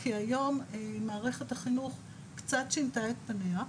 כי היום מערכת החינוך קצת שינתה את פניה,